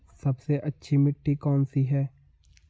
सबसे अच्छी मिट्टी कौन सी है?